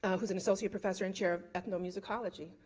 ah who is an associate professor and chair of ethnomusicology.